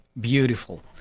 Beautiful